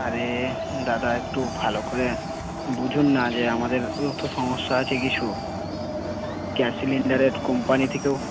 আরে দাদা একটু ভালো করে বুঝুন না যে আমাদেরও তো সমস্যা আছে কিছু গ্যাস সিলিন্ডারের কোম্পানি থেকেও